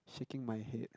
shaking my head